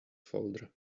folder